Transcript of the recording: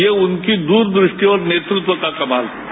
ये उनकी दूरदृष्टीऔर नेतृत्व का कमाल है